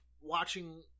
watching